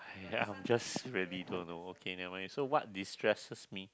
ya I'm just really don't know okay never mind so what destresses me